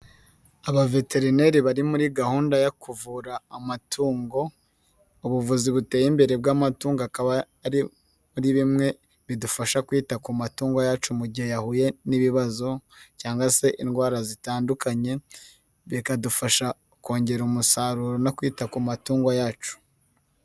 Abaveterineri bari muri gahunda yo kuvura amatungo, ubuvuzi buteye imbere bw'amatungo akaba ari bimwe bidufasha kwita ku matungo yacu mu gihe yahuye n'ibibazo cyangwa se indwara zitandukanye, bikadufasha kongera umusaruro no kwita ku matungo yacu.